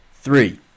Three